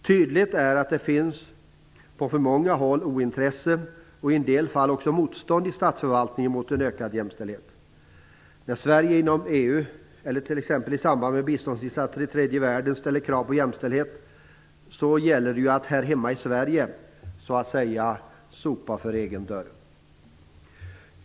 Tydligt är att det på för många håll i statsförvaltningen finns ett ointresse för, och i en del fall också motstånd mot, en ökad jämställdhet. När Sverige inom EU, eller t.ex. i samband med biståndsinsatser i tredje världen, ställer krav på jämställdhet gäller det att först ha sopat för egen dörr här hemma i Sverige, så att säga.